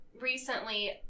recently